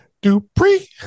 Dupree